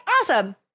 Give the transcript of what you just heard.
Awesome